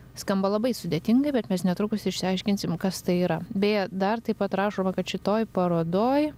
skamba labai sudėtingai bet mes netrukus išsiaiškinsim kas tai yra beje dar taip pat rašoma kad šitoj parodoj